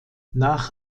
nach